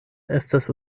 estas